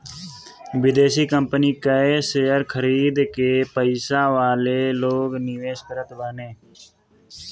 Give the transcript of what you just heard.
विदेशी कंपनी कअ शेयर खरीद के पईसा वाला लोग निवेश करत बाने